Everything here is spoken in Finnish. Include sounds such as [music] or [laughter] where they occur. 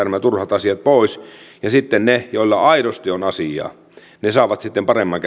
pois ja pois ja sitten ne joilla aidosti on asiaa saavat paremman [unintelligible]